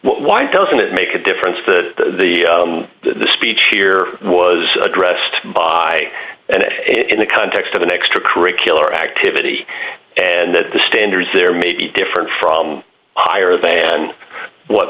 why doesn't it make a difference to the the speech here was addressed by and in the context of an extracurricular activity and that the standards there may be different from higher than what